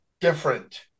different